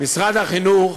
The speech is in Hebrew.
משרד החינוך